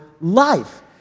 life